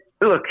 look